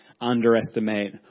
underestimate